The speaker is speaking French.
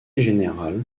général